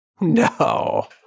No